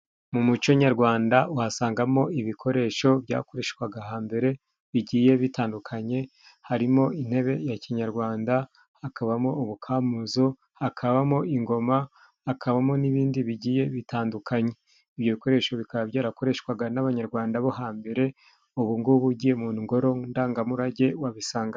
Mu muco nyarwanda uhasangamo ibikoresho byakoreshwaga hambere bigiye bitandukanye, harimo intebe ya kinyarwanda, hakabamo ubukamuzo, hakabamo ingoma, hakabamo n'ibindi bigiye bitandukanye. Ibyo bikoresho bikaba byarakoreshwaga n'abanyarwanda bo hambere, ubu ngubu ugiye mu ngoro ndangamurage wabisangaga.